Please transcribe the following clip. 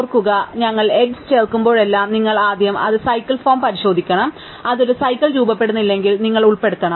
ഓർക്കുക ഞങ്ങൾ എഡ്ജ് ചേർക്കുമ്പോഴെല്ലാം നിങ്ങൾ ആദ്യം അത് സൈക്കിൾ ഫോം പരിശോധിക്കണം അത് ഒരു സൈക്കിൾ രൂപപ്പെടുന്നില്ലെങ്കിൽ നിങ്ങൾ ഉൾപ്പെടുത്തണം